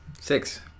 six